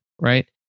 right